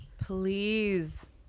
please